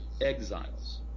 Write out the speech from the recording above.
exiles